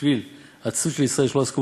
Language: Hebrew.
בשביל עצלות שהיה בישראל שלא עסקו